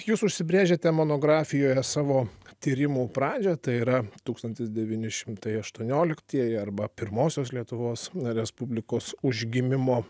jūs užsibrėžiate monografijoje savo tyrimų pradžią tai yra tūkstantis devyni šimtai aštuonioliktieji arba pirmosios lietuvos respublikos užgimimo